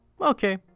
okay